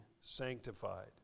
sanctified